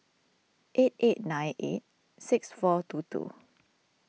eight eight nine eight six four two two